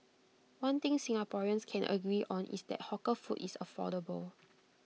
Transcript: one thing Singaporeans can agree on is that hawker food is affordable